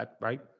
right